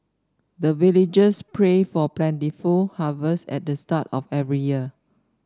the villagers pray for plentiful harvest at the start of every year